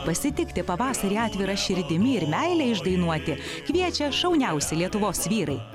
pasitikti pavasarį atvira širdimi ir meilę išdainuoti kviečia šauniausi lietuvos vyrai